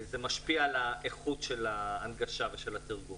זה משפיע על איכות ההנגשה והתרגום.